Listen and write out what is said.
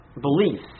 beliefs